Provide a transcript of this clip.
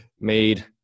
made